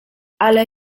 ale